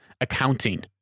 accounting